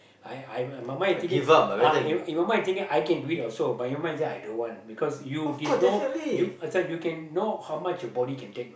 I I in my mind I thinking uh I I in my mind I thinking I can do it also but in my mind I don't want because you there's no you sorry you can know how much your body can take know